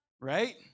Right